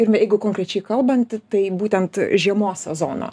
ir jeigu konkrečiai kalbant tai būtent žiemos sezoną